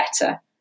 better